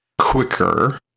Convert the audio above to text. quicker